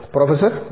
professor B